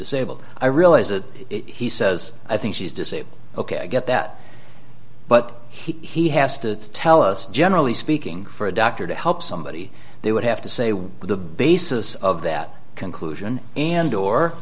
disabled i realize that he says i think she's disabled ok i get that but he has to tell us generally speaking for a doctor to help somebody they would have to say what the basis of that conclusion and or